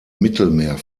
mittelmeer